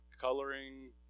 coloring